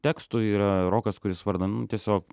tekstų yra rokas kuris vardan nu tiesiog